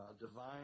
divine